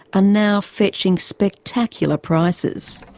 ah now fetching spectacular prices.